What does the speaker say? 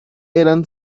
eran